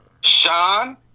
Sean